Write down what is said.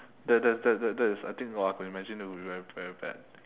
that that that that that is I think !wah! I could imagine that would be very very bad